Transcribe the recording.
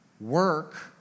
Work